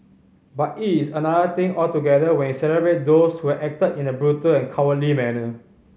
but it is another thing altogether when you celebrate those who had acted in a brutal and cowardly manner